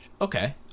Okay